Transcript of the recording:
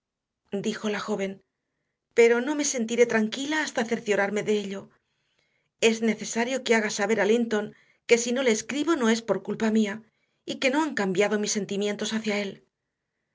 dijo la joven pero no me sentiré tranquila hasta cerciorarme de ello es necesario que haga saber a linton que si no le escribo no es por culpa mía y que no han cambiado mis sentimientos hacia él